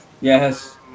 Yes